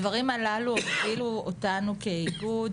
הדברים הללו הובילו אותנו כאיגוד